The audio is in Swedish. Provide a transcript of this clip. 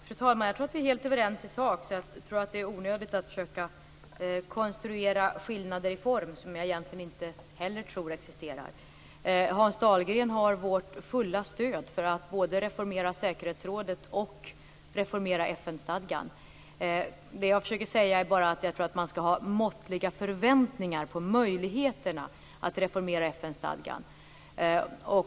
Fru talman! Jag tror att vi är helt överens i sak. Jag tror därför att det är onödigt att försöka konstruera skillnader i form, som jag egentligen inte heller tror existerar. Hans Dahlgren har vårt fulla stöd för att både reformera säkerhetsrådet och reformera FN-stadgan. Det som jag försöker säga är bara att jag tror att man skall ha måttliga förväntningar på möjligheterna att reformera FN-stadgan.